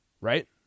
Right